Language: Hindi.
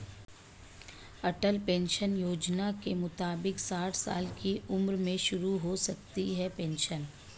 अटल पेंशन योजना के मुताबिक साठ साल की उम्र में शुरू हो सकती है पेंशन